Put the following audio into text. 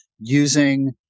using